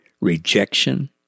rejection